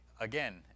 again